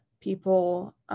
people